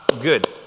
good